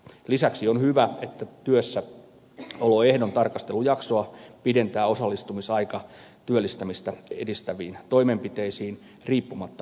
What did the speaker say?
lisäksi on hyvä että työssäoloehdon tarkastelujaksoa pidentää osallistumisaika työllistämistä edistäviin toimenpiteisiin riippumatta toimenpiteestä